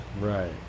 Right